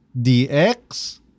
DX